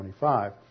25